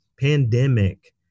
pandemic